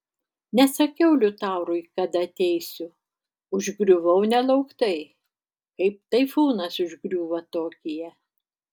nesakiau liutaurui kada ateisiu užgriuvau nelauktai kaip taifūnas užgriūva tokiją